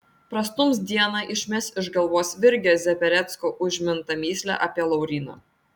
prastums dieną išmes iš galvos virgio zaperecko užmintą mįslę apie lauryną